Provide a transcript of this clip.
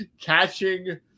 catching